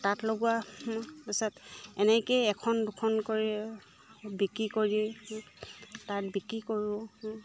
তাঁত লগোৱাৰ পাছত এনেকেই এখন দুখন কৰি বিক্ৰী কৰি তাঁত বিক্ৰী কৰোঁ